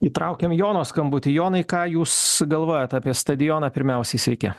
įtraukėm jono skambutį jonai ką jūs galvojat apie stadioną pirmiausiai sveiki